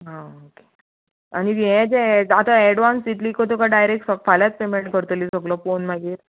आं ओके आनी हें जें आतां एडवांस दितली काय डायरेक्ट फाल्यांच पेमेंट करतली सगलो पोळोन मागीर